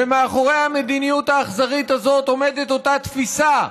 ומאחורי המדיניות האכזרית הזאת עומדת אותה תפיסה: